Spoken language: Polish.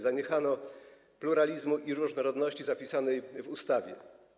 Zaniechano pluralizmu i różnorodności zapisanej w ustawie.